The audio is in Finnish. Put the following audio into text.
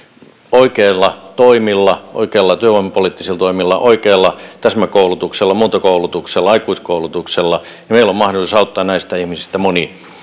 oikeilla toimilla oikeilla työvoimapoliittisilla toimilla oikealla täsmäkoulutuksella muuntokoulutuksella aikuiskoulutuksella auttaa näistä ihmisistä moni